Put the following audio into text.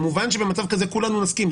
כמובן שבמצב כזה כולנו נסכים,